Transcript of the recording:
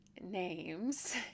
names